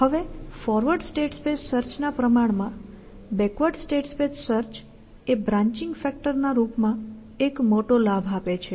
હવે forward state space search ના પ્રમાણ માં બેકવર્ડ સ્ટેટ સ્પેસ સર્ચ એ બ્રાંન્ચિંગ ફેક્ટર ના રૂપ માં એક મોટો લાભ આપે છે